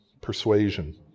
persuasion